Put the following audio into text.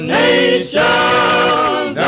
nations